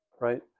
right